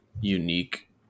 unique